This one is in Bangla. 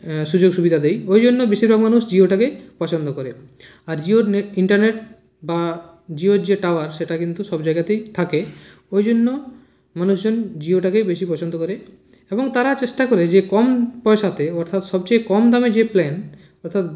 সুযোগ সুবিধা দেয় ওই জন্য বেশিরভাগ মানুষ জিওটাকেই পছন্দ করে আর জিওর নে ইন্টারনেট বা জিওর যে টাওয়ার সেটা কিন্তু সব জায়গাতেই থাকে ওই জন্য মানুষজন জিওটাকে বেশি পছন্দ করে এবং তারা চেষ্টা করে যে কম পয়সাতে অর্থাৎ সবচেয়ে কম দামে যে প্ল্যান অর্থাৎ